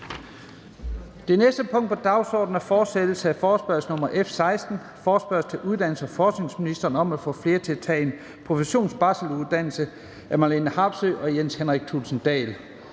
Det næste punkt på dagsordenen er: 3) Fortsættelse af forespørgsel nr. F 16 [afstemning]: Forespørgsel til uddannelses- og forskningsministeren om at få flere til at tage en professionsbacheloruddannelse. Af Marlene Harpsøe (DD) og Jens Henrik Thulesen